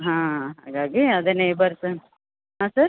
ಹಾಂ ಹಾಗಾಗಿ ಅದು ನೇಬರ್ಸ್ ಹಾಂ ಸರ್